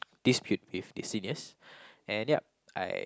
dispute with the seniors and yup I